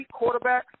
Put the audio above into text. quarterbacks